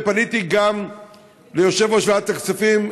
ופניתי גם ליושב-ראש ועדת הכספים,